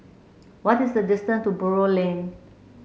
what is the distant to Buroh Lane